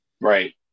right